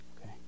Okay